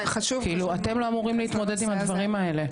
אתם לא אמורים להתמודד עם הדברים האלה.